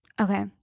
Okay